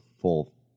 full